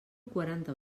quaranta